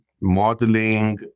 modeling